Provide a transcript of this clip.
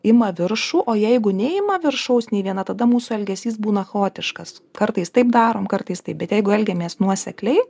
ima viršų o jeigu neima viršaus nei viena tada mūsų elgesys būna chaotiškas kartais taip darom kartais taip bet jeigu elgiamės nuosekliai